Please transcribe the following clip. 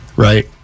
Right